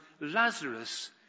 Lazarus